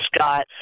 Scott